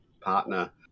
partner